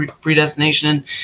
predestination